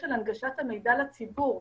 לזימון תורים,